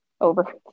over